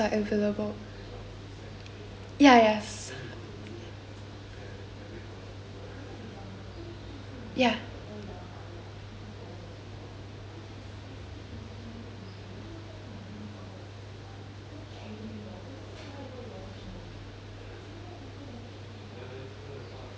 ya yes ya